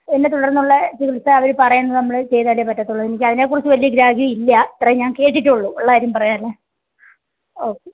പിന്നെ തുടർന്നുള്ള ചികിത്സ അവർ പറയുന്നത് നമ്മൾ ചെയ്താലെ പറ്റത്തുള്ളൂ എനിക്ക് അതിനെ കുറിച്ചു വലിയ ഗ്രാഹ്യം ഇല്ല ഇത്രെയേ ഞാൻ കേട്ടിട്ടുള്ളൂ ഉള്ള കാര്യം പറയാലോ ഓ